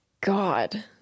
god